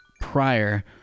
prior